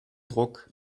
druck